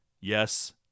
Yes